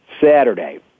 Saturday